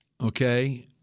okay –